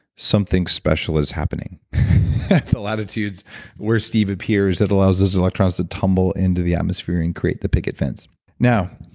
something special is happening. the latitudes where steve appears it allows those electrons to tumble into the atmosphere and create the picket fence now,